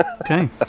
Okay